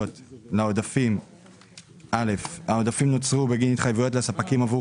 העודפים נוצרו בגין התחייבויות לספקים עבור